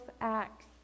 acts